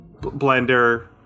Blender